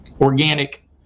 organic